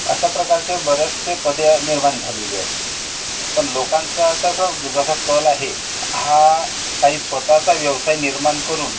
अशा प्रकारचे बऱ्याचसे पदे निर्माण झालेली आहेत पण लोकांचा आताचा जसा कल आहे हा काही स्वतःचा व्यवसाय निर्माण करून